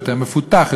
יותר מפותח,